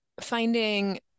finding